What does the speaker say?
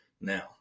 now